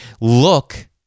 look